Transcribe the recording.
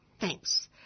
thanks